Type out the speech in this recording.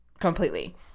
completely